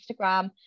instagram